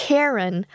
Karen